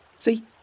See